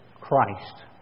Christ